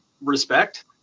respect